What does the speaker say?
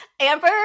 Amber